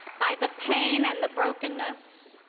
by the pain and the brokenness,